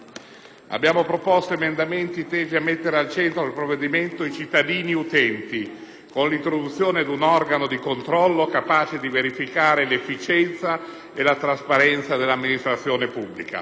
Abbiamo proposto emendamenti tesi a mettere al centro del provvedimento i cittadini utenti, con l'introduzione di un organo di controllo capace di verificare l'efficienza e la trasparenza dell'amministrazione pubblica.